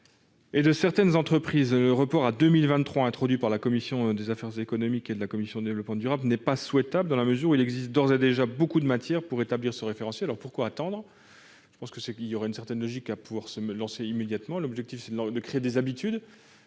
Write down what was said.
et de certaines entreprises. Le report à 2023, proposé en commission des affaires économiques et introduit en commission du développement durable, n'est pas souhaitable, dans la mesure où il existe d'ores et déjà beaucoup de matière pour établir ce référentiel. Pourquoi attendre ? Il y aurait une certaine logique à se lancer immédiatement. Il est important de créer des habitudes,